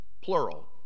plural